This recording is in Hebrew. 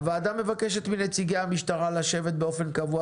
הוועדה מבקשת מנציגי המשטרה לשבת באופן קבוע